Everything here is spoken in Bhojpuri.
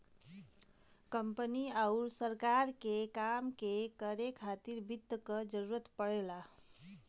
कंपनी आउर सरकार के काम के करे खातिर वित्त क जरूरत पड़ला